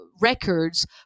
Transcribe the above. records